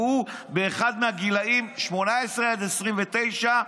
והוא באחד מהגילאים שמ-18 עד 29,